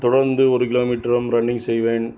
தொடர்ந்து ஒரு கிலோமீட்டர் தூரம் ரன்னிங் செய்வேன்